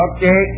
Okay